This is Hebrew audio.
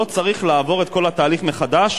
לא צריך לעבור את כל התהליך מחדש,